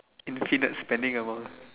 infinite spending amount